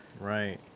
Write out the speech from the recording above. Right